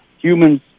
humans